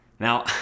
Now